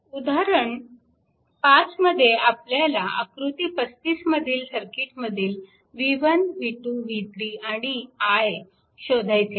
उदाहरण 5 मध्ये आपल्याला आकृती 35 मधील सर्किटमधील v1 v2 v3 आणि I शोधायचे आहेत